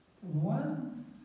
one